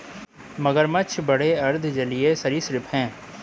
मगरमच्छ बड़े अर्ध जलीय सरीसृप हैं